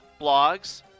blogs